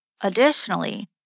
Additionally